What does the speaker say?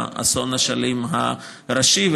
באסון אשלים הראשי,